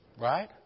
Right